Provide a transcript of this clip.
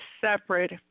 separate